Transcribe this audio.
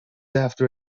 after